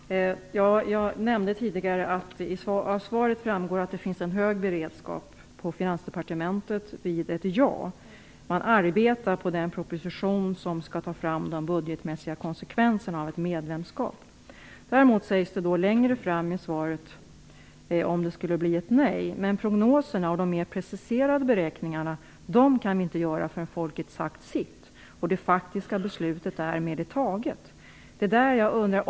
Herr talman! Jag nämnde tidigare att det av svaret framgår att det finns en hög beredskap på Finansdepartementet vid ett ja. Man arbetar på den proposition som skall redovisa de budgetmässiga konsekvenserna av ett medlemskap. Däremot sägs det längre fram i svaret att prognoserna och de mera preciserade beräkningarna vid ett nej inte kan göras förrän folket har sagt sitt och det faktiska beslutet därmed är taget.